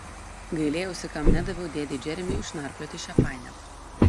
gailėjausi kam nedaviau dėdei džeremiui išnarplioti šią painiavą